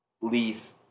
leaf